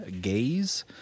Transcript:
Gaze